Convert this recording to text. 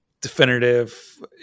definitive